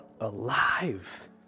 alive